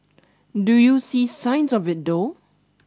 do you see signs of it though